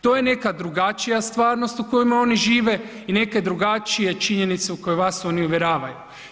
To je neka drugačija stvarnost u kojima oni žive i neke drugačije činjenice u koje vas oni uvjeravaju.